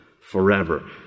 forever